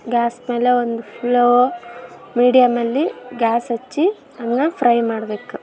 ಗ್ಯಾಸ್ಮೇಲೆ ಒಂದು ಫ್ಲೋ ಮೀಡಿಯಮ್ಮಲ್ಲಿ ಗ್ಯಾಸ್ ಹಚ್ಚಿ ಅದನ್ನ ಫ್ರೈ ಮಾಡಬೇಕು